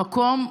המקום,